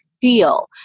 feel